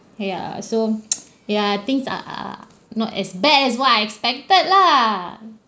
ya so ya things are are are not as bad as what I expected lah